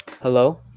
Hello